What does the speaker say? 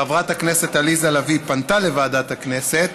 חברת הכנסת עליזה לביא פנתה לוועדת הכנסת